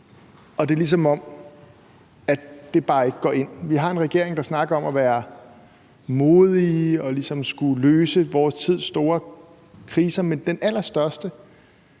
og at det ligesom bare ikke går ind. Vi har en regering, der snakker om at være modig og ligesom at skulle løse vor tids store kriser, men når det